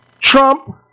Trump